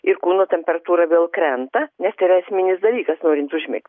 ir kūno temperatūra vėl krenta nes tai yra esminis dalykas norint užmigt